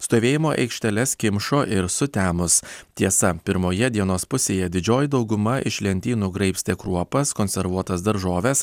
stovėjimo aikšteles kimšo ir sutemus tiesa pirmoje dienos pusėje didžioji dauguma iš lentynų graibstė kruopas konservuotas daržoves